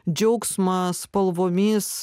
džiaugsmą spalvomis